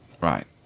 Right